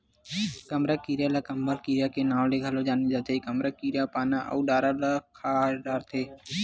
कमरा कीरा ल कंबल कीरा के नांव ले घलो जाने जाथे, कमरा कीरा पाना अउ डारा ल खा डरथे